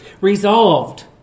Resolved